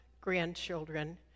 grandchildren